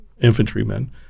infantrymen